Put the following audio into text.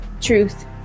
truth